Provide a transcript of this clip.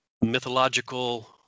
mythological